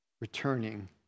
returning